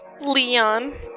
Leon